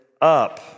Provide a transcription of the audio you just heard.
up